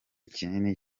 kinini